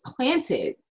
planted